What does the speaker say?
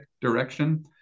direction